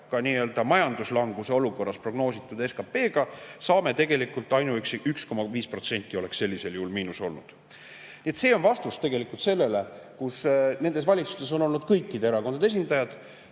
praeguses majanduslanguse olukorras prognoositud SKP põhjal, et tegelikult ainuüksi 1,5% oleks sellisel juhul miinus olnud. See on vastus tegelikult sellele. Nendes valitsustes on olnud kõikide erakondade esindajad,